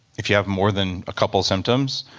if you have more than a couple symptoms,